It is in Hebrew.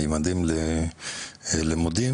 "ממדים ללימודים",